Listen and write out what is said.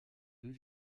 deux